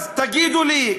אז תגידו לי,